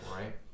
right